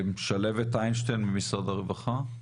שלהבת איינשטיין ממשרד הרווחה.